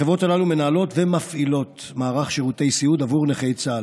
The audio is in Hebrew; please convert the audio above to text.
החברות הללו מנהלות ומפעילות מערך שירותי סיעוד עבור נכי צה"ל.